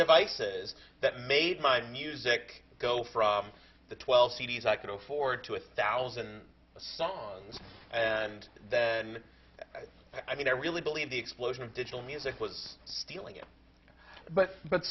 devices that made my music go from the twelve c d s i could afford to a thousand songs and then i mean i really believe the explosion of digital music was stealing it but but